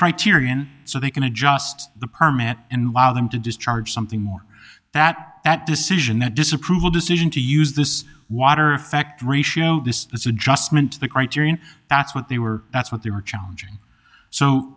criterion so they can adjust the permit and while them to discharge something more that that decision that disapproval decision to use this water effect ratio this as adjustment to the criterion that's what they were that's what they were challenging so